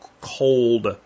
cold